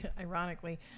ironically